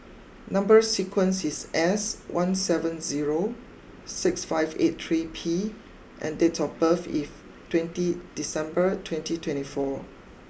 number sequence is S one seven zero six five eight three P and date of birth if twenty December twenty twenty four